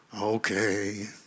Okay